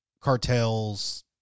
cartels